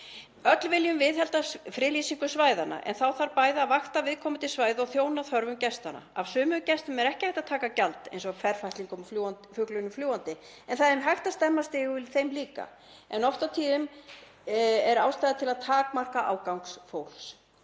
Öll viljum við viðhalda friðlýsingu svæðanna en þá þarf bæði að vakta viðkomandi svæði og þjóna þörfum gestanna. Af sumum gestum er ekki hægt að taka gjald, eins og ferfætlingum og fuglinum fljúgandi, en það er hægt að stemma stigu við þeim. Oft og tíðum er þó ástæða til að takmarka ágang fólks.